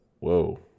Whoa